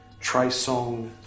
Trisong